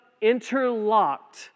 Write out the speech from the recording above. interlocked